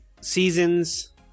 seasons